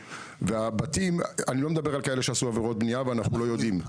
אני לא מדבר על כאלו שעשו עבירות בנייה ואנחנו לא יודעים עליהן.